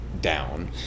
Down